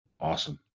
awesome